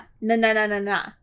Na-na-na-na-na